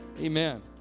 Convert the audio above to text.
Amen